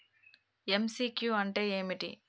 MCQ అంటే ఏమిటి?